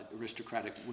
aristocratic